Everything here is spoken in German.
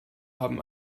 haben